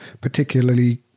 particularly